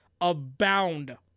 abound